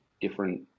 different